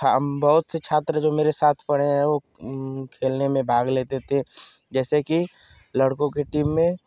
छा बहुत से छात्र जो मेरे साथ पढ़े हैं वो खेलने में भाग लेते थे जैसे कि लड़कों के टीम में